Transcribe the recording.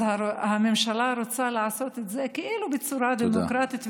אז הממשלה רוצה לעשות את זה כאילו בצורה דמוקרטית,